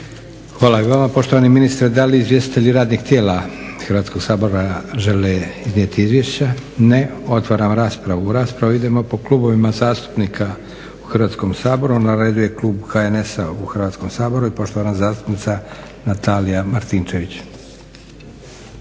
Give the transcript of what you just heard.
Hvala i vama poštovani ministre. Da li izvjestitelji radnih tijela Hrvatskog sabora žele iznijeti izvješća? Ne. Otvaram raspravu. U raspravu idemo po klubovima zastupnika u Hrvatskom saboru. Na redu je Klub HNS-a u Hrvatskom saboru i poštovana zastupnica Natalija Martinčević.